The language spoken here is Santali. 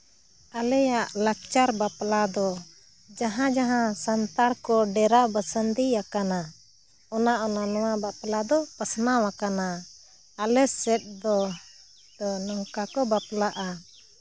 ᱟᱞᱮᱭᱟᱜ ᱞᱟᱠᱪᱟᱨ ᱵᱟᱯᱞᱟ ᱫᱚ ᱡᱟᱦᱟᱸᱼᱡᱟᱦᱟᱸ ᱥᱟᱱᱛᱟᱲ ᱠᱚ ᱰᱮᱨᱟ ᱵᱟᱥᱟᱱᱫᱤᱭᱟᱠᱟᱱᱟ ᱚᱱᱟᱼᱚᱱᱟ ᱱᱚᱣᱟ ᱵᱟᱯᱞᱟ ᱫᱚ ᱯᱟᱥᱱᱟᱣᱟᱠᱟᱱᱟ ᱟᱞᱮ ᱥᱮᱫ ᱫᱚ ᱱᱚᱝᱠᱟ ᱠᱚ ᱵᱟᱯᱞᱟᱜᱼᱟ